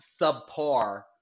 subpar